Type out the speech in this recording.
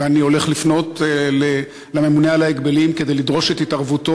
ואני הולך לפנות לממונה על ההגבלים כדי לדרוש את התערבותו,